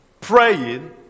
praying